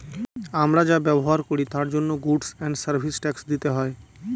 আমরা যা ব্যবহার করি তার জন্য গুডস এন্ড সার্ভিস ট্যাক্স দিতে হয়